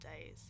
days